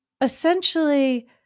essentially